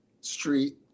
Street